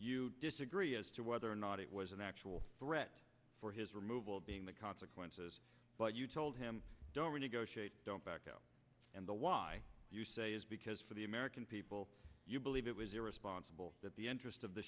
you disagree as to whether or not it was an actual threat for his removal being the consequences but you told him don't renegotiate don't back out and the why you say is because for the american people you believe it was irresponsible that the interest of the